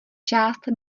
část